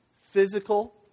Physical